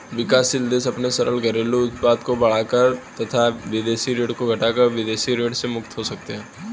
विकासशील देश अपने सकल घरेलू उत्पाद को बढ़ाकर तथा विदेशी ऋण को घटाकर विदेशी ऋण से मुक्त हो सकते हैं